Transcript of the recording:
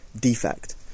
defect